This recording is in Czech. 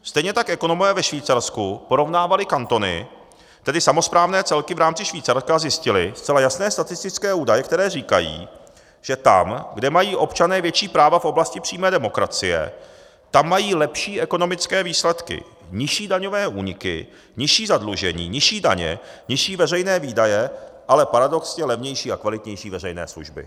Stejně tak ekonomové ve Švýcarsku porovnávali kantony, tedy samosprávné celky v rámci Švýcarska, a zjistili zcela jasné statistické údaje, které říkají, že tam, kde mají občané větší práva v oblasti přímé demokracie, tam mají lepší ekonomické výsledky, nižší daňové úniky, nižší zadlužení, nižší daně, nižší veřejné výdaje, ale paradoxně levnější a kvalitnější veřejné služby.